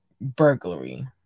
burglary